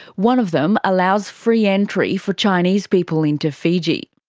one of them allows free entry for chinese people into fiji.